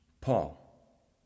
Paul